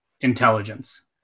intelligence